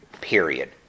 Period